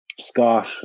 Scott